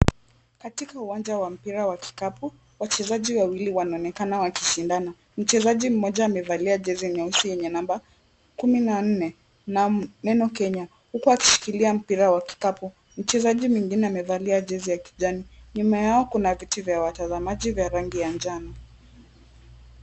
Katika uwanja wa mpira wa kikapu, wachezaji wawili wanaonekana wakishindana. Mchezaji mmoja amevalia jezi nyeusi yenye namba kumi na nne na neno Kenya, huku akishikilia mpira wa kikapu. Mchezaji mwingine amevalia jezi ya kijani. Nyuma yao kuna viti vya watazamaji vya rangi ya njano.